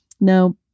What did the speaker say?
No